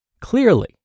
Clearly